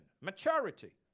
maturity